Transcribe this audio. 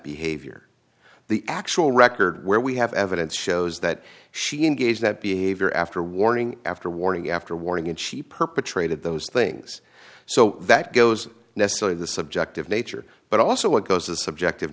behavior the actual record where we have evidence shows that she engaged that behavior after warning after warning after warning and she perpetrated those things so that goes nestle the subjective nature but also it goes the subject